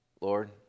Lord